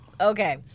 Okay